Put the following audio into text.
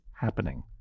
happening